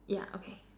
ya okay